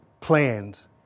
plans